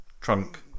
Trunk